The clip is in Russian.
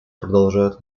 продолжают